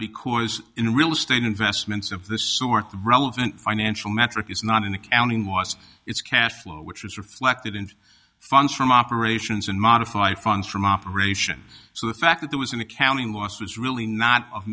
because in real estate investments of this sort the relevant financial metric is not in accounting was its cash flow which was reflected in funds from operations and modify funds from operations so the fact that there was an accounting loss was really not